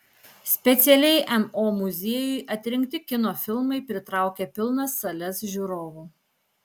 specialiai mo muziejui atrinkti kino filmai pritraukia pilnas sales žiūrovų